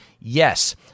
Yes